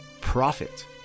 profit